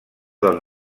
del